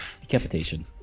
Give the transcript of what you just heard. decapitation